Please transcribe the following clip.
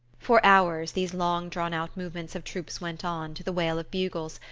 for hours these long-drawn-out movements of troops went on, to the wail of bugles,